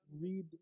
read